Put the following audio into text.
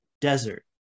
desert